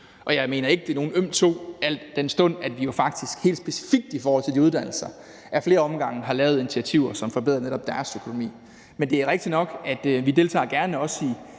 Og jeg mener ikke, det er nogen øm tå, al den stund at vi jo faktisk helt specifikt i forhold til de uddannelser ad flere omgange har lavet initiativer, som forbedrer netop deres økonomi. Men det er rigtigt nok, at vi også gerne